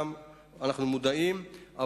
אנו מודעים לזה,